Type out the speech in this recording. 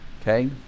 Okay